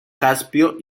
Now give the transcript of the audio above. caspio